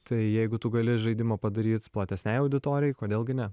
tai jeigu tu gali žaidimą padaryt platesnei auditorijai kodėl gi ne